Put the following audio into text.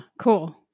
cool